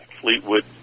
Fleetwood